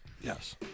yes